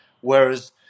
Whereas